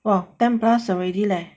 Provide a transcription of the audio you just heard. !wah! ten plus already leh